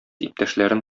иптәшләрен